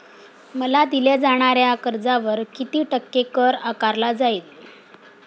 मला दिल्या जाणाऱ्या कर्जावर किती टक्के कर आकारला जाईल?